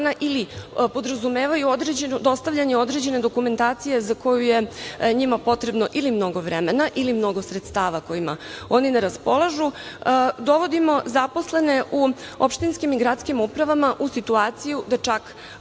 podrazumevaju dostavljanje određene dokumentacije za koju je njima potrebno ili mnogo vremena ili mnogo sredstava kojima oni ne raspolažu, dovodimo zaposlene u opštinskim i gradskim upravama u situaciju da čak